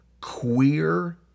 queer